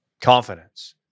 confidence